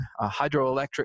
hydroelectric